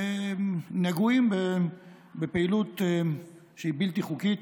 נגועים בפעילות שהיא בלתי חוקית,